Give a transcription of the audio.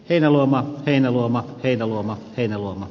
heinäluoma heinäluoma heinäluoma kello